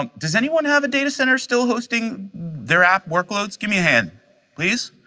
um does anyone have a data center still hosting their app workloads? give me a hand please,